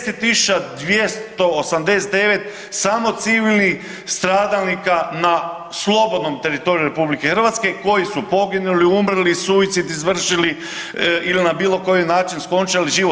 10289 samo civilnih stradalnika na slobodnom teritoriju RH koji su poginuli, umrli, suicid izvršili ili na bilo koji način skončali život.